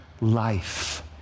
life